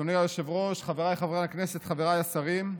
אדוני היושב-ראש, חבריי חברי הכנסת, חבריי השרים.